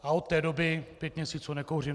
A od té doby pět měsíců nekouřím.